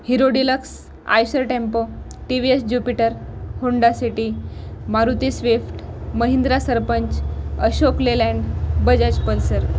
hero Deluxe Eicher tempo T V S Jupiter Honda City Maruti Swift Mahindra Sarpanch Ashok Leyland Bajaj Pulsar